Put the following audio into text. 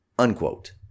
unquote